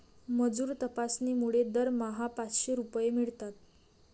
मजूर तपासणीमुळे दरमहा पाचशे रुपये मिळतात